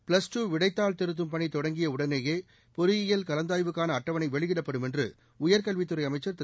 plus two விடைத்தாள் திருத்தும் பணி தொடங்கிய உடனேயே பொறியியல் கலந்தாய்வுக்கான அட்டவணை வெளியிடப்படும் என்று உயர்க்கல்வித்துறை அமைச்சர் திரு